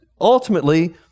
ultimately